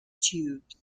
tubes